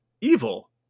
evil